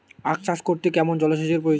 আখ চাষ করতে কেমন জলসেচের প্রয়োজন?